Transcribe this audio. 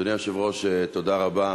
אדוני היושב-ראש, תודה רבה.